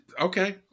okay